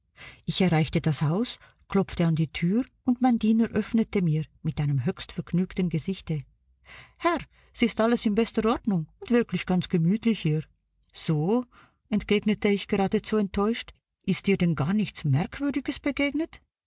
ich erreichte das haus klopfte an die tür und mein diener öffnete mir mit einem höchst vergnügten gesichte herr s ist alles in bester ordnung und wirklich ganz gemütlich hier so entgegnete ich geradezu enttäuscht ist dir denn garnichts merkwürdiges begegnet